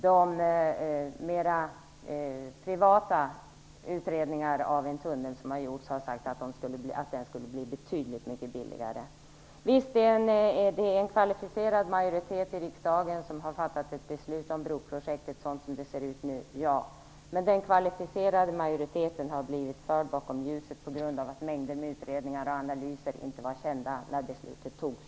De mer privata utredningar av en tunnel som har gjorts har kommit fram till att en sådan skulle bli betydligt mycket billigare. Visst är det en kvalificerad majoritet i riksdagen som har fattat beslut om broprojektet så som det nu ser ut. Men den kvalificerade majoriteten har blivit förd bakom ljuset på grund av att mängder av utredningar och analyser inte var kända när beslutet fattades.